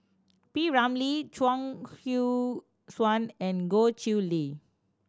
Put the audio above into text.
P Ramlee Chuang Hui Tsuan and Goh Chiew Lye